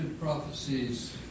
prophecies